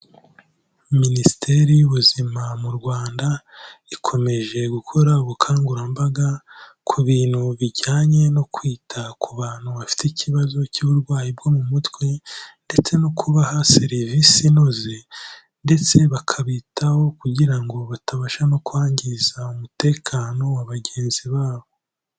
Minisiteri y'Ubuzima mu Rwanda, ikomeje gukora ubukangurambaga, ku bintu bijyanye no kwita ku bantu bafite ikibazo cy'uburwayi bwo mu mutwe ndetse no kubaha serivisi inoze ndetse bakabitaho kugira ngo batabasha no kwangiza umutekano wa bagenzi babo.